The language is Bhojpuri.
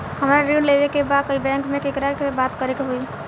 हमरा ऋण लेवे के बा बैंक में केकरा से बात करे के होई?